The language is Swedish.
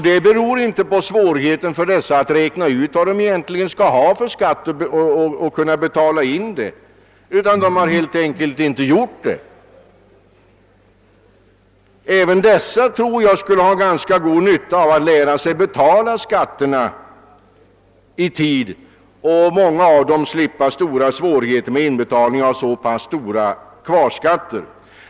Det beror inte på att de har svårt att räkna ut hur mycket skatt de skall betala in, utan de har helt enkelt bara låtit bli att göra det. Jag tror att även dessa skulle ha god nytta av att lära sig betala skatterna i tid och därmed slippa svårigheterna med inbetalning av så stora kvarskatter.